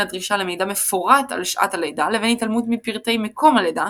הדרישה למידע מפורט על שעת הלידה לבין התעלמות מפרטי מקום הלידה,